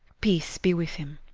peace be with him.